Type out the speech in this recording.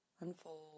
unfold